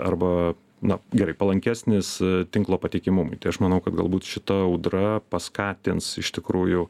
arba na gerai palankesnis tinklo patikimumui tai aš manau kad galbūt šita audra paskatins iš tikrųjų